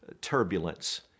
turbulence